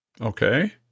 Okay